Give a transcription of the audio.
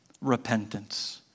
Repentance